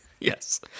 Yes